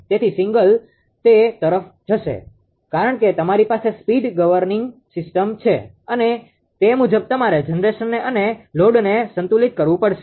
તેથી સિગ્નલ તે તરફ જશે કારણ કે તમારી પાસે સ્પીડ ગવર્નિંગ સિસ્ટમ છે અને તે મુજબ તમારે જનરેશનને અને લોડને સંતુલિત કરવું પડશે